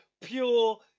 pure